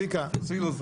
בין אילו שנים לאילו